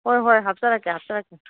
ꯍꯣꯏ ꯍꯣꯏ ꯍꯥꯞꯆꯔꯛꯀꯦ ꯍꯥꯞꯆꯔꯛꯀꯦ